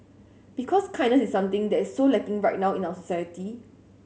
because kindness is something that so lacking right now in our society